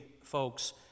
folks